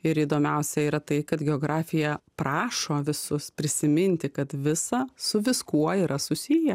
ir įdomiausia yra tai kad geografija prašo visus prisiminti kad visa su viskuo yra susiję